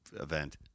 event